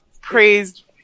praised